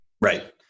Right